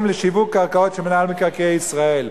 לשיווק קרקעות של מינהל מקרקעי ישראל,